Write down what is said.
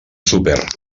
súper